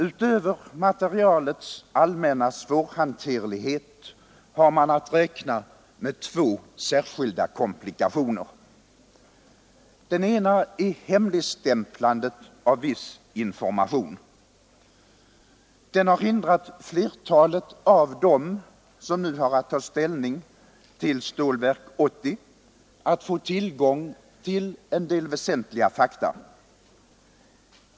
Utöver materialets allmänna svårhanterlighet har man att räkna med två särskilda komplikationer. Den ena är hemligstämplandet av viss information. Den har hindrat flertalet av dem som nu har att ta ställning till Stålverk 80 att få tillgång till en del väsentliga fakta.